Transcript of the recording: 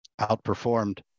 outperformed